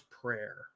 prayer